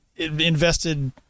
invested